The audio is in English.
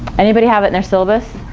anybody have it in their syllabus,